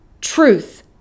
Truth